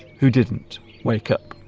who didn't wake up